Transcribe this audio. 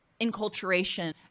enculturation